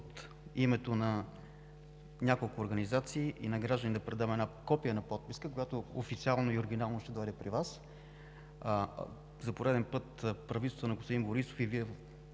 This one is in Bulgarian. от името на няколко организации и граждани да предам копие на подписка, която официално и оригинално ще дойде при Вас. За пореден път правителството на господин Борисов и Вие